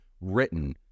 written